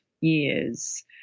years